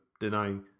denying